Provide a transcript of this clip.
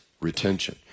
retention